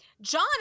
John